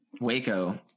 Waco